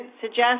suggest